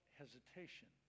hesitation